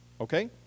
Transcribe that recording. Okay